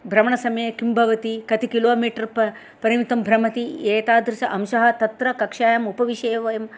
भ्रमणसमये किं भवति कति किलोमिटर् परिमितं भ्रमति एतादृश अंशः तत्र कक्षायाम् उपविश्य एव वयं